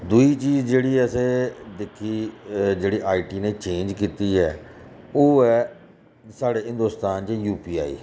दूई चीज जेह्ड़ी असें दिक्खी जेह्ड़ी आईटी ने चेंज कीती ऐ ओह् ऐ साढ़ै हिंदोस्तान च यूपीआई